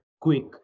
quick